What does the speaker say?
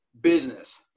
business